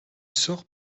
sort